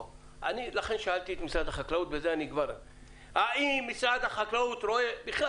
לכן שאלתי את משרד החקלאות האם הוא רואה בכלל